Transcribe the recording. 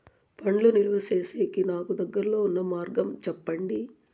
పండ్లు నిలువ సేసేకి నాకు దగ్గర్లో ఉన్న మార్గం చెప్పండి?